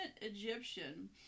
Egyptian